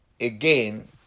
again